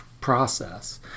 process